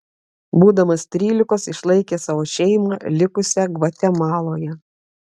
būdamas trylikos išlaikė savo šeimą likusią gvatemaloje